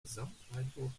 gesamteindruck